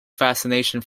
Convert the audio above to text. fascination